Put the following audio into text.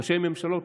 ראשי ממשלות,